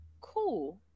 Cool